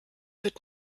wird